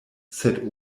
sed